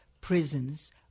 prisons